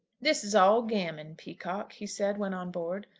this is all gammon, peacocke, he said, when on board.